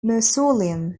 mausoleum